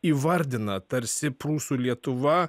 įvardina tarsi prūsų lietuva